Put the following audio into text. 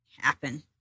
happen